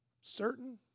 certain